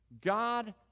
God